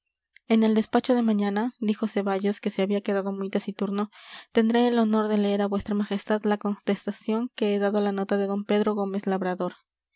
en el despacho de mañana dijo ceballos que se había quedado muy taciturno tendré el honor de leer a vuestra majestad la contestación que he dado a la nota de d pedro gómez labrador